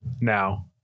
Now